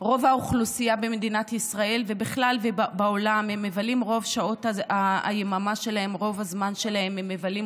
רוב האוכלוסייה במדינת ישראל ובעולם מבלה את רוב שעות היממה מול המסך,